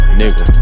nigga